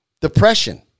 Depression